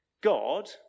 God